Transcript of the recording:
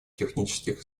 технических